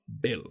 Bill